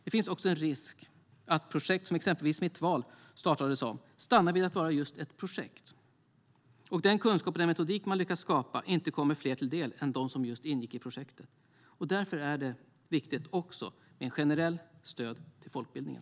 Det finns dock en risk att projekt, som exempelvis Mitt Val startade som, stannar vid att vara just ett projekt och att den kunskap och den metodik man lyckats skapa inte kommer fler till del än dem som ingick i projektet. Därför är det också viktigt med ett generellt stöd för folkbildningen.